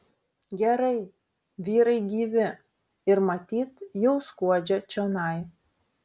gerai vyrai gyvi ir matyt jau skuodžia čionai